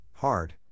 Hard